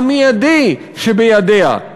המיידי שבידיה,